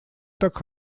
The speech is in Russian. так